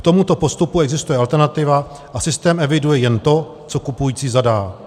K tomuto postupu existuje alternativa a systém eviduje jen to, co kupující zadá.